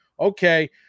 okay